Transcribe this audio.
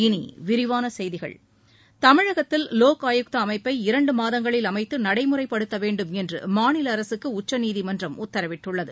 இனி விரிவான செய்திகள் தமிழகத்தில் லோக் ஆயுக்தா அமைப்பை இரண்டு மாதங்களில் அமைத்து நடைமுறைப்படுத்த வேண்டும் என்று மாநில அரசுக்கு உச்சநீதிமன்றம் உத்தரவிட்டுள்ளது